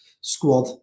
squad